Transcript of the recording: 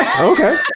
Okay